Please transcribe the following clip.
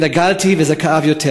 התנגדתי וזה כאב יותר.